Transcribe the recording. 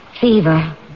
Fever